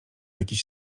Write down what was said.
jakiś